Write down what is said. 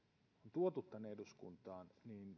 tuotu tänne eduskuntaan